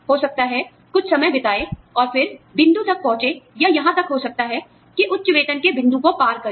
हो सकता है कुछ समय बिताए और फिर बिंदु तक पहुंचे या यहां तक हो सकता है कि उस उच्च वेतन के बिंदु को पार कर ले